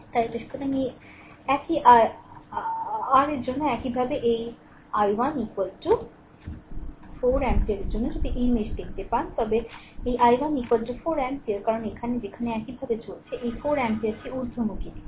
তাই এটা সুতরাং এই একই আর এর জন্য একইভাবে এই i 1 4 আম্পিয়ারের জন্য যদি এই মেশ দেখতে পান তবে এই i1 4 অ্যাম্পিয়ার কারণ এখানে যেখানে এইভাবে চলেছে এই 4 অ্যাম্পিয়ারটি এই ঊর্ধ্বমুখী দিকে